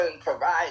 provide